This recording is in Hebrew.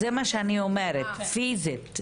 זה מה שאני אומרת, פיזית.